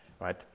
right